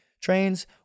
Trains